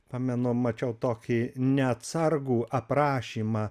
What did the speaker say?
pamenu mačiau tokį neatsargų aprašymą